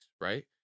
Right